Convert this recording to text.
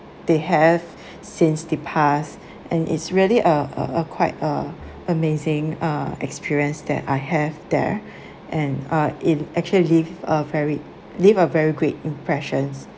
they have since the past and it's really uh uh quite a amazing uh experience that I have there and uh it actually leave a very leave a very great impressions